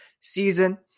season